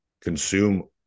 consume